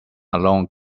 alone